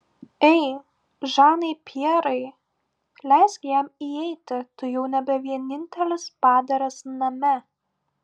ei žanai pjerai leisk jam įeiti tu jau nebe vienintelis padaras name